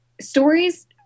Stories